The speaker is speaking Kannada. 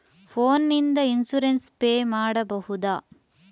ಫೋನ್ ನಿಂದ ಇನ್ಸೂರೆನ್ಸ್ ಪೇ ಮಾಡಬಹುದ?